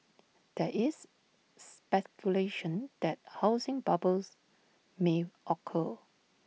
there is speculation that housing bubbles may occur